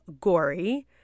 gory